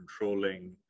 controlling